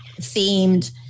themed